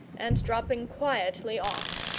and dropping quietly off.